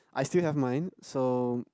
I still have mine so